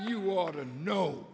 you want to know